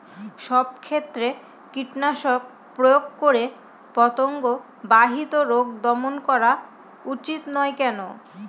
সব ক্ষেত্রে কীটনাশক প্রয়োগ করে পতঙ্গ বাহিত রোগ দমন করা উচিৎ নয় কেন?